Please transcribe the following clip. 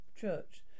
church